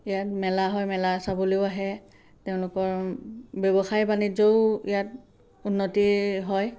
ইয়াত মেলা হয় মেলা চাবলৈও আহে তেওঁলোকৰ ব্যৱসায় বাণিজ্যও ইয়াত উন্নতি হয়